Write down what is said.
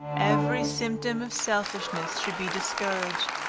every symptom of selfishness should be discouraged,